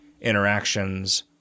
interactions